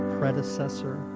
predecessor